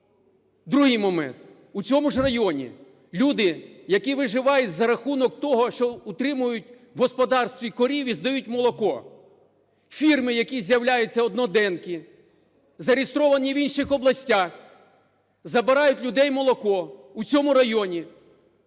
Другий момент. У цьому ж районі люди, які виживають за рахунок того, що утримують в господарстві корів і здають молоко. Фірми, які з'являються, одноденки зареєстровані в інших областях, забирають в людей молоко у цьому районі